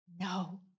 No